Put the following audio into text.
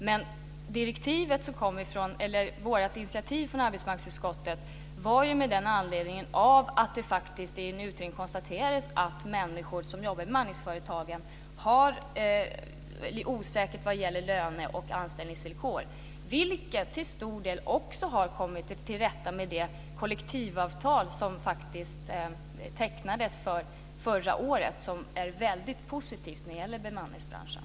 Men vårt initiativ från oss i arbetsmarknadsutskottet var med anledning av att det i en utredning konstaterades att människor som jobbar i bemanningsföretagen har det osäkert vad gäller löne och anställningsvillkor, vilket man till stor del har kommit till rätta med genom det kollektivavtal som tecknades förra året, något som är väldigt positivt för bemanningsbranschen.